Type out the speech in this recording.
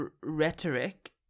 rhetoric